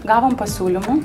gavom pasiūlymų